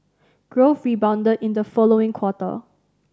growth rebounded in the following quarter